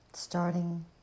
starting